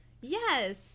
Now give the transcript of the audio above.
Yes